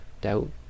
doubt